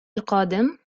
القادم